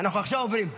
התשפ"ה 2024,